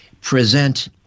present